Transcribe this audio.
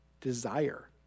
desire